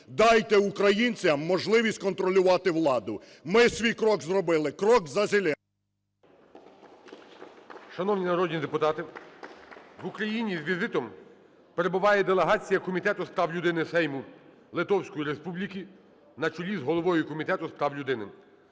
дайте українцям можливість контролювати владу. Ми свій крок зробили, крок за… ГОЛОВУЮЧИЙ. Шановні народні депутати, в Україні з візитом перебуває делегація Комітету з прав людини Сейму Литовської Республіки на чолі з головою Комітету з прав людини.